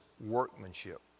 workmanship